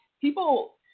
people